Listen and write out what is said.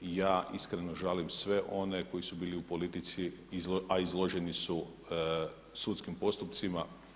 Ja iskreno žalim sve one koji su bili u politici a izloženi su sudskim postupcima.